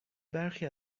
برخی